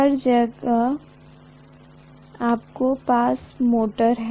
हर जगह आपके पास मोटरें हैं